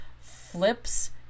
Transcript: flips